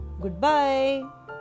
Goodbye